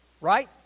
Right